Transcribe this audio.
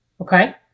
okay